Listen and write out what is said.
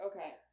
okay